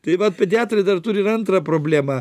tai vat pediatrai dar turi ir antrą problemą